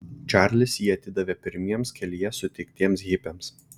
čarlis jį atidavė pirmiems kelyje sutiktiems hipiams